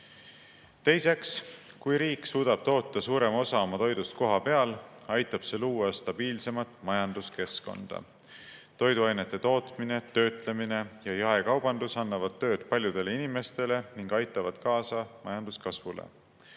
Teiseks, kui riik suudab toota suurema osa oma toidust kohapeal, aitab see luua stabiilsemat majandust. Toiduainete tootmine, töötlemine ja jaekaubandus annavad tööd paljudele inimestele ning aitavad kaasa majanduskasvule.